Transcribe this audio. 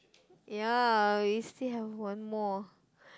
ya we still have one more